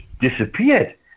disappeared